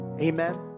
Amen